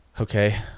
Okay